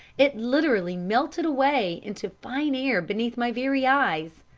it literally melted away into fine air beneath my very eyes.